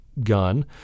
gun